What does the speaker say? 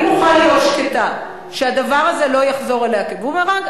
אם אוכל להיות שקטה שהדבר הזה לא יחזור אליה כבומרנג,